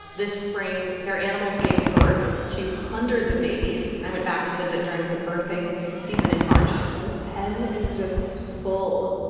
this spring, their animals gave birth to hundreds of babies. i went back to visit during the birthing season in march ok. this pen is just full